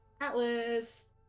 Atlas